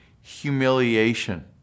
humiliation